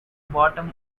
bottom